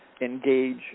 engage